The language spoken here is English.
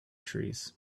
trees